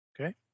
Okay